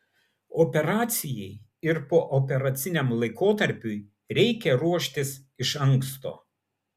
operacijai ir pooperaciniam laikotarpiui reikia ruoštis iš anksto